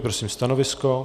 Prosím o stanovisko.